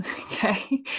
Okay